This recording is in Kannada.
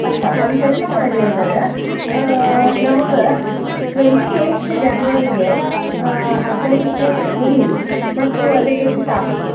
ಅಚ್ಛಾ ಒಂದು ಕೆಲಸ ಮಾಡಿರಿ ಹಂಗಾದ್ರೆ ನಮಗೆ ಟ್ವೆಂಟಿ ಏಯ್ತ್ ಜ್ಯಾನ್ವರಿಗೆ ಹದಿನೈದು ಪ್ಲೇಟ್ ಪೂರಿ ಮತ್ತು ಅದ್ರ ಜೊತೆ ಸಾಗು